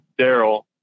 Daryl